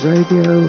Radio